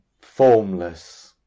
formless